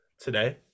today